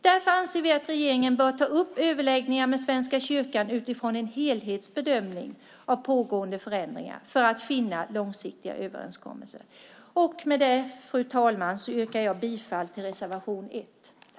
Därför anser vi att regeringen bör ta upp överläggningar med Svenska kyrkan utifrån en helhetsbedömning av pågående förändringar för att finna långsiktiga överenskommelser. Med det, fru talman, yrkar jag bifall till reservation 1.